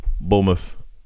Bournemouth